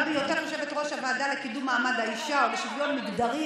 גם בהיותך יושבת-ראש הוועדה לקידום מעמד האישה ולשוויון מגדרי,